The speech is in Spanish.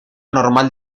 normal